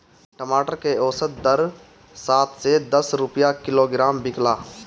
टमाटर के औसत दर सात से दस रुपया किलोग्राम बिकला?